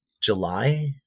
July